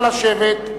נא לשבת.